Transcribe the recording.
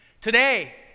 Today